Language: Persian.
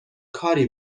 کاری